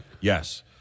Yes